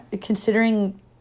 Considering